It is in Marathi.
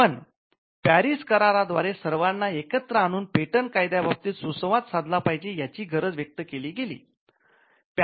पण पॅरिस करार द्व्यारे सर्वाना एकत्र आणून पेटंट कायद्या बाबतीत सुसंवाद साधला पाहिजे याची गरज व्यक्त केली गेली